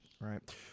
right